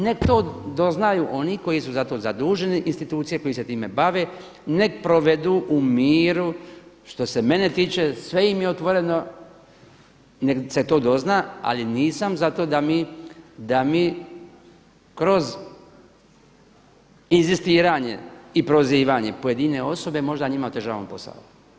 Neka to doznaju oni koji su za to zaduženi, institucije koje se time bave, neka provedu u miru, što se mene tiče sve im je otvoreno, neka se to dozna ali nisam za to da mi kroz inzistiranje i prozivanje pojedine osobe možda njima otežavamo posao.